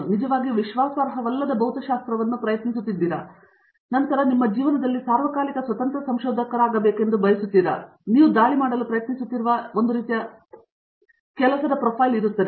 ನೀವು ನಿಜವಾಗಿಯೂ ವಿಶ್ವಾಸಾರ್ಹವಲ್ಲದ ಭೌತಶಾಸ್ತ್ರವನ್ನು ಪ್ರಯತ್ನಿಸುತ್ತಿದ್ದೀರಾ ನಂತರ ನೀವು ನಿಮ್ಮ ಜೀವನದಲ್ಲಿ ಸಾರ್ವಕಾಲಿಕ ಸ್ವತಂತ್ರ ಸಂಶೋಧಕರಾಗಬೇಕೆಂದು ಬಯಸುತ್ತೀರಾ ಮತ್ತು ನೀವು ದಾಳಿ ಮಾಡಲು ಪ್ರಯತ್ನಿಸುವ ಒಂದು ರೀತಿಯ ಕೆಲಸದ ಪ್ರೊಫೈಲ್ ಆಗಿದೆ